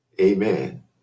Amen